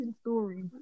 story